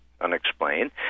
unexplained